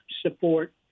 support